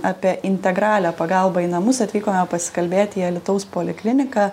apie integralią pagalbą į namus atvykome pasikalbėti į alytaus polikliniką